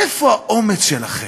איפה האומץ שלכם?